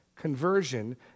conversion